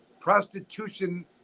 Prostitution